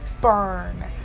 burn